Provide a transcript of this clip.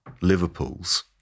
Liverpools